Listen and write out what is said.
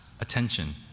attention